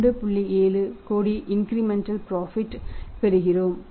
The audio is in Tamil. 70 கோடி இன்கிரிமெண்டல் புரோஃபிட் ஐ பெறப்போகிறோம்